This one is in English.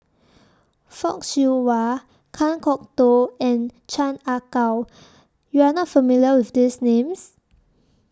Fock Siew Wah Kan Kwok Toh and Chan Ah Kow YOU Are not familiar with These Names